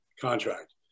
contract